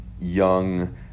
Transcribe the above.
young